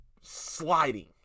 sliding